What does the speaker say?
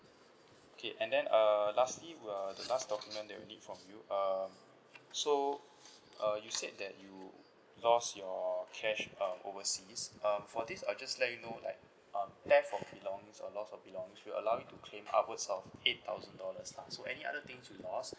okay and then uh lastly we're the last document that we need from you um so uh you said that you lost your cash um overseas um for this I'll just let you know like um theft of belongings or lost of belongings we allow you to claim upwards of eight thousand dollars lah so any other things you lost